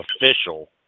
official